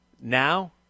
Now